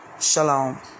Shalom